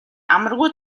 амаргүй